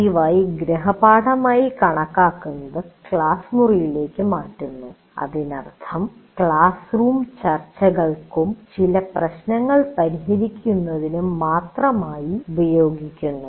പതിവായി ഗൃഹപാഠമായി കണക്കാക്കുന്നത് ക്ലാസ് മുറിയിലേക്ക് മാറ്റുന്നു അതിനർത്ഥം ക്ലാസ് റൂം ചർച്ചകൾക്കും ചില പ്രശ്നങ്ങൾ പരിഹരിക്കുന്നതിനും മാത്രമായി ഉപയോഗിക്കുന്നു